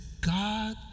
God